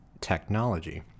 technology